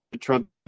Trump